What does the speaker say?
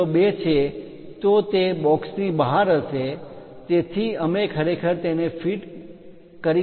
02 છે તો તે બોક્સની બહાર હશે તેથી અમે ખરેખર તેને ફિટ કરી શકતા નથી